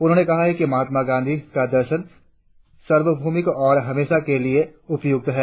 उन्होंने कहा कि महात्मा गांधी का दर्शन सार्वभौमिक और हमेशा के लिए उपयुक्त है